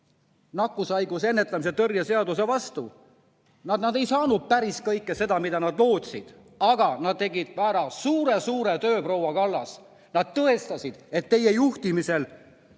nakkushaiguste ennetamise ja tõrje seaduse vastu. Nad ei saanud päris kõike seda, mida nad lootsid, aga nad tegid ära suure-suure töö, proua Kallas. Nad tõestasid, et teie juhtimisel